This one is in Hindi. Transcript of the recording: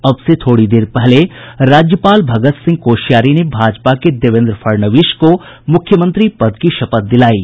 अब से थोड़ी देर पहले राज्यपाल भगत सिंह कोश्यिारी ने भाजपा के देवेंद्र फड़णवीस को मुख्यमंत्री पद की शपथ दिलायी